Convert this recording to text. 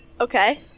Okay